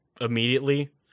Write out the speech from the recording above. immediately